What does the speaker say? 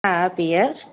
हा पीअर्स